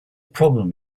problem